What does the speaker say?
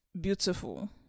beautiful